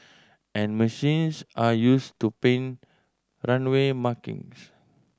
and machines are used to paint runway markings